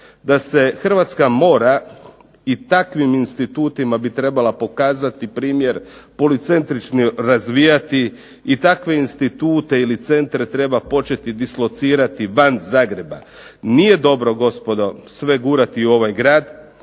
da se Hrvatska mora i takvim institutima bi trebala pokazati primjer policentrično razvijati i takve institute ili centre treba početi dislocirati van Zagreba. Nije dobro gospodo sve gurati u ovaj grad,